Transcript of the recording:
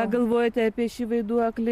ką galvojate apie šį vaiduoklį